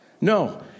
No